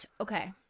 Okay